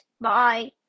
Bye